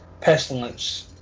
pestilence